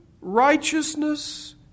righteousness